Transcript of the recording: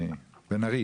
בן ארי